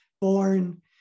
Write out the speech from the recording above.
born